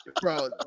bro